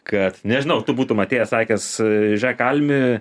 kad nežinau tu būtum atėjęs sakęs žėk almi